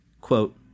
quote